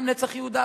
גם "נצח יהודה",